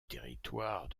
territoire